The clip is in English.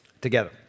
together